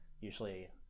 Usually